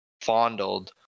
fondled